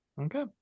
Okay